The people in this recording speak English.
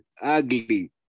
ugly